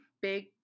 Big